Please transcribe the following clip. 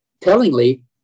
tellingly